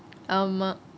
ஆமா:aama